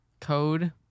code